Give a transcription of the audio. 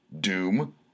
Doom